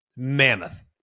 Mammoth